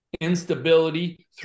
instability